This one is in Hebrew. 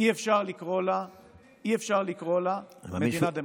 אי-אפשר לקרוא לה מדינה דמוקרטית.